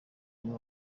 umwe